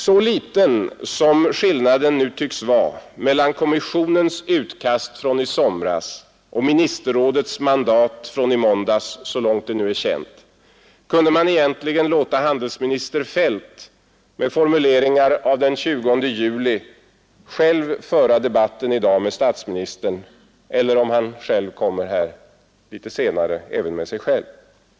Så liten som skillnaden tycks vara mellan kommissionens utkast från i somras och ministerrådets mandat från i måndags, så långt det nu är känt, kunde man egentligen låta handelsminister Feldt med formuleringar av den 20 juli själv föra debatten i dag med statsministern eller — om han kommer hit — med sig själv.